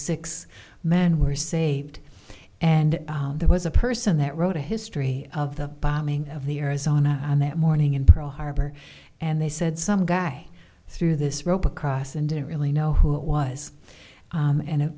six men were saved and there was a person that wrote a history of the bombing of the earth sauna on that morning in pearl harbor and they said some guy threw this rope across and didn't really know who it was and